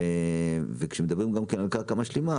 מדברים על קרקע משלימה.